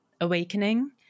awakening